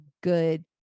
good